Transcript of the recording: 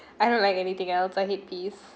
I don't like anything else I need peas